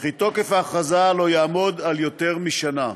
וכי תוקף ההכרזה לא יעמוד על יותר משנה.